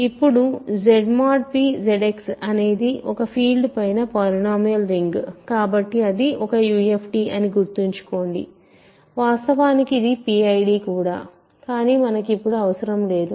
ఇప్పుడు Z mod p ZX అనేది ఒక ఫీల్డ్ పైన పాలినోమియల్ రింగ్ కాబట్టి అది ఒక UFD అని గుర్తుంచుకోండివాస్తవానికి ఇది PID కూడా కానీ మనకు ఇప్పుడు అవసరం లేదు